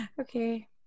okay